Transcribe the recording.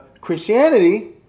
Christianity